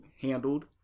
handled